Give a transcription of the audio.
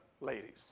ladies